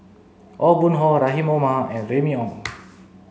Aw Boon Haw Rahim Omar and Remy Ong